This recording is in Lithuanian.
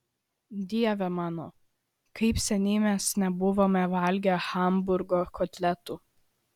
dieve mano kaip seniai mes nebuvome valgę hamburgo kotletų